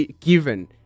given